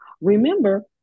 Remember